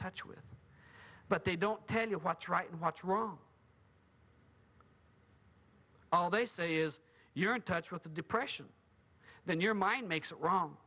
touch with but they don't tell you what's right what's wrong all they say is you're in touch with the depression then your mind makes it wrong